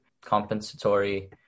compensatory